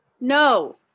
no